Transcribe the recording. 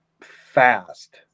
fast